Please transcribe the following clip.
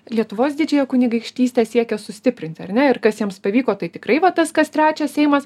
lietuvos didžiąją kunigaikštystę siekė sustiprinti ar ne ir kas jiems pavyko tai tikrai va tas kas trečias seimas